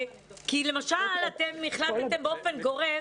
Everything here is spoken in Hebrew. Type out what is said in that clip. אתם למשל החלטתם באופן גורף